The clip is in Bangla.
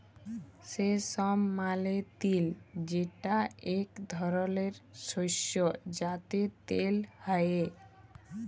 সেসম মালে তিল যেটা এক ধরলের শস্য যাতে তেল হ্যয়ে